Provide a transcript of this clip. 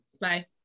Bye